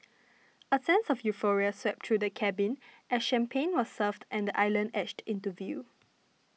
a sense of euphoria swept through the cabin as champagne was served and the island edged into view